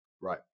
Right